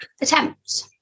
attempt